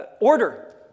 order